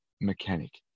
mechanic